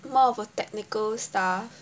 more of a technical stuff